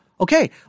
Okay